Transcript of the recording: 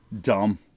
dumb